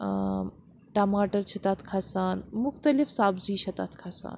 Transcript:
ٹماٹر چھِ تَتھ کھَسان مُختلِف سَبزی چھِ تَتھ کھَسان